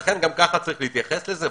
לכן גם כך יש להתייחס לזה,